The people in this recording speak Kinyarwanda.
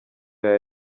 aya